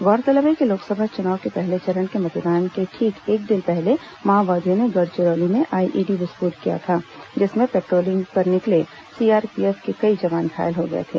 गौरतलब है कि लोकसभा चुनाव के पहले चरण के मतदान के ठीक एक दिन पहले माओवादियों ने गढ़चिरौली में आईईडी विस्फोट किया था जिसमें पेट्रोलिंग पर निकले सीआरपीएफ के कई जवान घायल हो गए थे